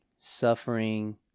suffering